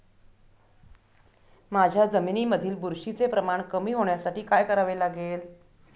माझ्या जमिनीमधील बुरशीचे प्रमाण कमी होण्यासाठी काय करावे लागेल?